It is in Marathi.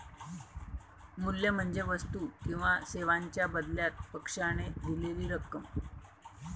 मूल्य म्हणजे वस्तू किंवा सेवांच्या बदल्यात पक्षाने दिलेली रक्कम